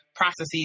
Processes